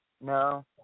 no